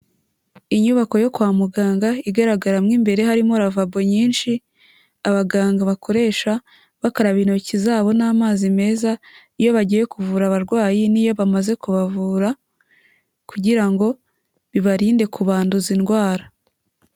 Inyubako yo kwa muganga igaragara mo imbere harimo ravabo nyinshi abaganga bakoresha bakaraba intoki zabo n'amazi meza iyo bagiye kuvura abarwayi n'iyo bamaze kubavura kugira ngo bibarinde kubanduza indwara.